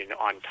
on